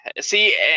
see